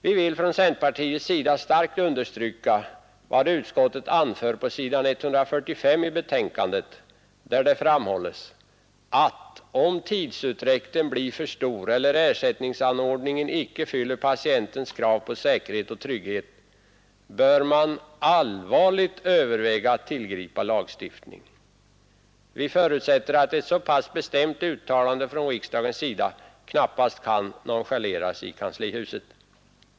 Vi vill från centerpartiets sida starkt understryka vad utskottet anför på s. 145 i betänkandet, där det framhålles att om tidsutdräkten blir för stor eller ersättningsanord ningen icke fyller patientens krav på säkerhet och trygghet, bör man allvarligt överväga att tillgripa lagstiftning. Vi förutsätter att ett så pass bestämt uttalande från riksdagens sida knappast kan nonchaleras i kanslihuset.